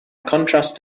contrast